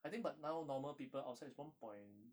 I think but now normal people outside is one point